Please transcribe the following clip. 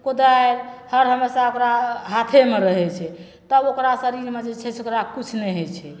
कोदारि हर हमेशा ओकरा हाथेमे रहै छै तब ओकरा शरीरमे जे छै से ओकरा किछु नहि होइ छै